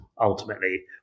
ultimately